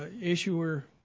issuer